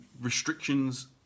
restrictions